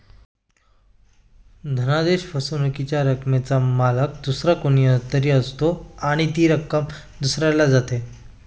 धनादेश फसवणुकीच्या रकमेचा मालक दुसरा कोणी तरी असतो आणि ती रक्कम दुसऱ्याला जाते